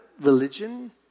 religion